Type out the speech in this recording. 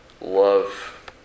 love